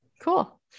Cool